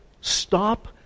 Stop